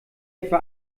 etwa